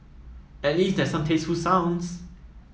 at least there's some tasteful sounds